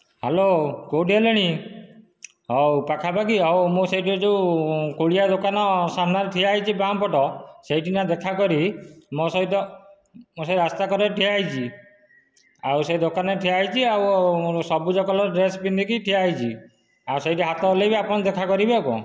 hello କେଉଁଠି ହେଲେଣି ହେଉ ପାଖାପାଖି ହେଉ ମୁଁ ସେଇଠି ଯେଉଁ କୁଳିଆ ଦୋକାନ ସାମ୍ନାରେ ଠିଆ ହୋଇଛି ବାଁ ପଟ ସେଇଠିକିନା ଦେଖା କରି ମୋ ସହିତ ସେଇ ରାସ୍ତାକଡରେ ଠିଆ ହୋଇଛି ଆଉ ସେଇ ଦୋକାନରେ ଠିଆ ହୋଇଛି ଆଉ ମୁଁ ସବୁଜ କଲର ଡ୍ରେସ ପିନ୍ଧିକି ଠିଆ ହୋଇଛି ଆଉ ସେଇଠି ହାତ ହଲେଇବି ଆପଣ ଦେଖା କରିବେ ଆଉ କ'ଣ